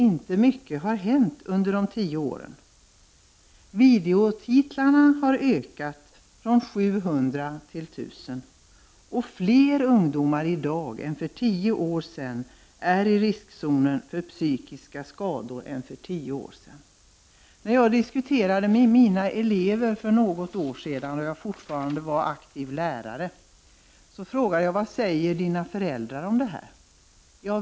Inte mycket har hänt under de tio åren. Antalet videotitlar har ökat från 700 till 1000, och flera ungdomar i dag än för tio år sen är i riskzonen för psykiska skador. När jag för något år sedan, då jag fortfarande var aktiv lärare, diskuterade med mina elever frågade jag: Vad säger era föräldrar om detta?